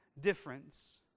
difference